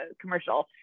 commercial